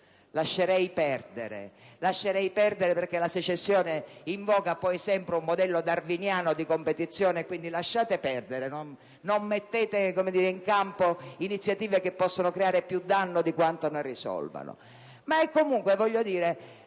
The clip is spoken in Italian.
lascerei perdere perché la secessione invoca sempre un modello darwiniano di competizione. Lasciate perdere, non mettete in campo iniziative che possono creare più danno di quanto ne risolvano. Comunque sia,